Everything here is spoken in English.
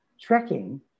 trekking